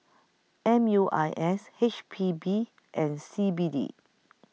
M U I S H P B and C B D